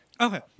Okay